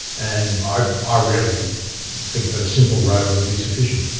and i ah really think that a simple robe would be sufficient.